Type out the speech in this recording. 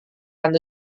anda